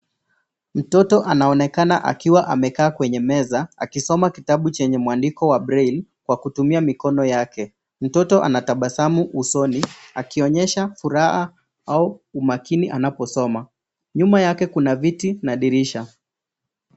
Mtoto anaonekana akiwa amekaa kwenye meza akisoma kitabu chenye mwandiko wa Braille kwa kutumia mikono yake. Mtoto anatabasamu usoni akionyesha furaha aua umakini anaposoma. Nyuma yake kuna viti na madirisha.